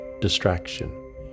distraction